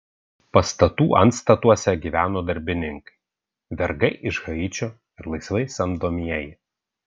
pastatų antstatuose gyveno darbininkai vergai iš haičio ir laisvai samdomieji